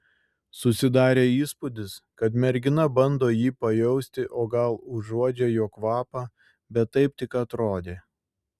susidarė įspūdis kad mergina bando jį pajausti o gal uodžia jo kvapą bet taip tik atrodė